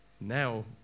Now